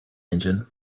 engine